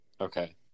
Okay